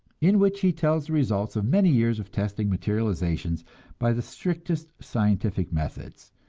in which he tells the results of many years of testing materializations by the strictest scientific methods.